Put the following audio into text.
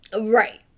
Right